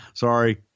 Sorry